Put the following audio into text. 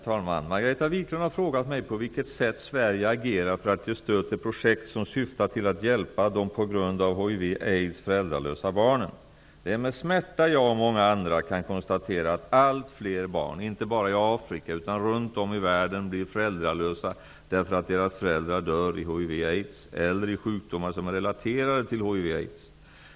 Herr talman! Margareta Viklund har frågat mig på vilket sätt Sverige agerar för att ge stöd till projekt som syftar till att hjälpa de på grund av hiv aids eller i sjukdomar som är relaterade till hiv/aids.